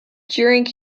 during